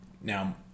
Now